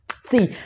see